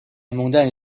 montagne